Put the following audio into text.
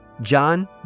John